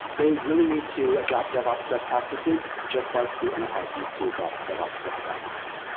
they really need to adopt devops best practices just like the enterprise need to adopt devops best practices.